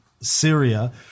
Syria